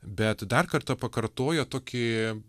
bet dar kartą pakartoja tokį